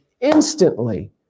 instantly